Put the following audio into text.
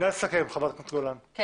נא לסכם חברת הכנסת גולן, משפט לסיכום.